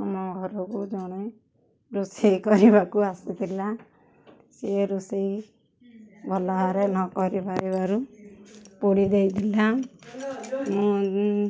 ଆମ ଘରକୁ ଜଣେ ରୋଷେଇ କରିବାକୁ ଆସିଥିଲା ସେ ରୋଷେଇ ଭଲ ଭାବରେ ନ କରିପାରିବାରୁ ପୋଡ଼ି ଦେଇଥିଲା ମୁଁ